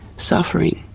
suffering,